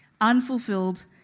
unfulfilled